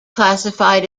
classified